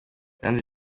iranzi